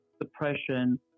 depression